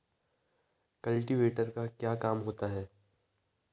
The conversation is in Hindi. कल्टीवेटर का क्या काम होता है?